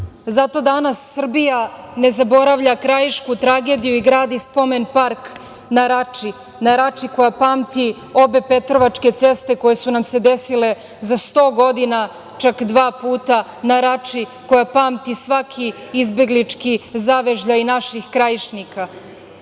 danas Srbija ne zaboravlja krajišku tragediju i gradi spomen park na Rači, na Rači koja pamti obe petrovačke ceste koje su nam se desile za sto godina čak dva puta, na Rači koja pamti svaki izbeglički zavežljaj naših Krajišnika. Najveća